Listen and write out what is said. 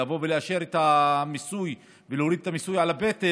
אם נבוא ונאשר את המיסוי ולהוריד את המיסוי על הפטל,